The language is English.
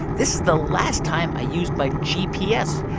this is the last time i used my gps.